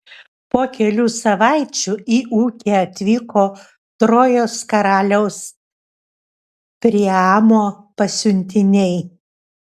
po kelių savaičių į ūkį atvyko trojos karaliaus priamo pasiuntiniai